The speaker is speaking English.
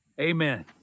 Amen